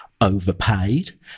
overpaid